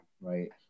right